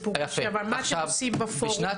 אבל מה אתם עושים בפורום?